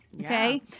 Okay